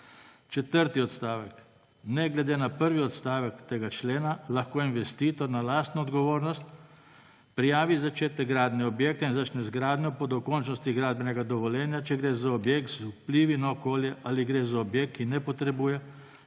Četrti odstavek. Ne glede na prvi odstavek tega člena lahko investitor na lastno odgovornost prijavi začetek gradnje objekta in začne z gradnjo po dokončnosti gradbenega dovoljenja, če gre za objekt z vplivi na okolje ali gre za objekt, ki ne potrebuje